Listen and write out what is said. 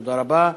תודה רבה.